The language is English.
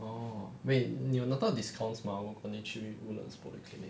oh wait 你有拿到 discounts mah 如果你去 woodlands polyclinic